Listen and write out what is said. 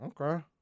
Okay